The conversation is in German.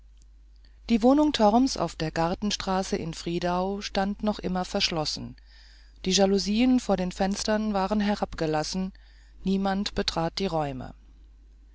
die wohnung torms auf der gartenstraße in friedau stand noch immer verschlossen die jalousien vor den fenstern waren herabgelassen niemand betrat die räume